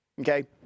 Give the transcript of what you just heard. Okay